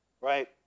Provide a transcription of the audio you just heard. right